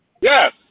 Yes